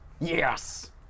Yes